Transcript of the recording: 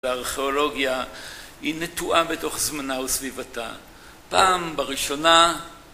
הארכיאולוגיה היא נטועה בתוך זמנה וסביבתה, פעם בראשונה